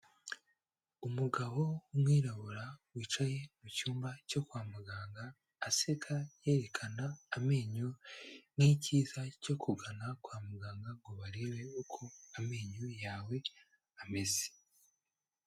Umugabo w'umwirabura wicaye mu cyumba cyo kwa muganga aseka, yerekana amenyo nk'icyiza cyo kugana kwa muganga ngo barebe uko amenyo yawe ameze.